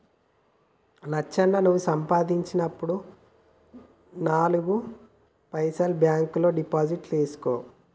లచ్చన్న నువ్వు సంపాదించినప్పుడు నాలుగు పైసలు బాంక్ లో డిపాజిట్లు సేసుకో